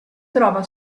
trova